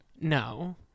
no